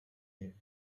ním